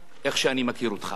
איך שאני מכיר אותך?